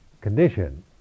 condition